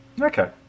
Okay